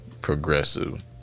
progressive